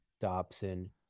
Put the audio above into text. Dobson